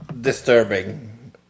disturbing